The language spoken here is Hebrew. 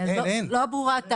לא ברורה לי הטענה.